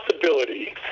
possibility